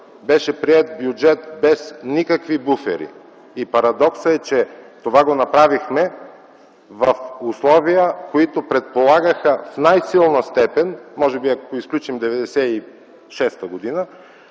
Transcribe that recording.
беше приет бюджет без никакви буфери. Парадоксът е, че това го направихме в условия, които предполагаха в най-силна степен, може би ако изключим 1996 г.,